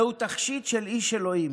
זהו תכשיט של איש אלוהים,